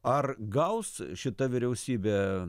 ar gaus šita vyriausybė